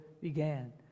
began